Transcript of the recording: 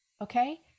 okay